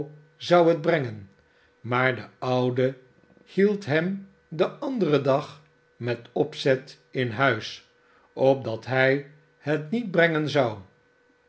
zou het brengen maar de oude hield hem den anderen dag met opzet in huis opdat hij het niet brengen zou